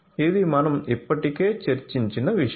ఇది మనం ఇప్పటికే చర్చించిన విషయం